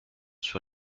sur